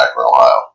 Ohio